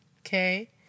Okay